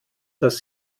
dass